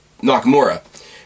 Nakamura